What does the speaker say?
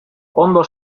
ondo